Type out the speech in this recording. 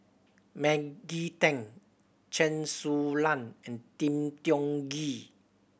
Maggie Teng Chen Su Lan and Lim Tiong Ghee